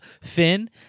Finn